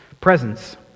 presence